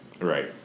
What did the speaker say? Right